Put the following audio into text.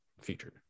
featured